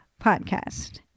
podcast